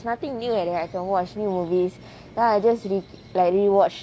nothing new at that I can watch new movies then I just repeat like rewatch